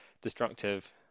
Destructive